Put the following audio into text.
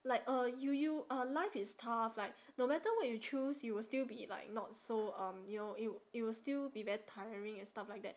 like uh you you uh life is tough like no matter what you choose you will still be like not so um you know it it will still be very tiring and stuff like that